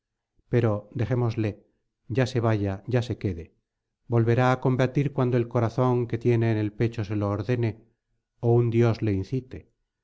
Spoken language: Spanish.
pero dejémosle ya se vaya ya se quede volverá á combatir cuando el corazón que tiene en el pecho se lo ordene ó un dios le incite ea